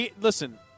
Listen